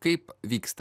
kaip vyksta